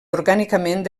orgànicament